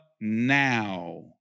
now